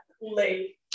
late